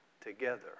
together